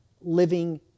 living